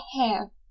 hair